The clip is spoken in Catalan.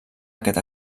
aquest